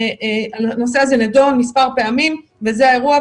הנושא הזה נדון מספר פעמים בזה האירוע,